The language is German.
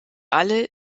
alle